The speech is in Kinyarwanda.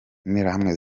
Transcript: interahamwe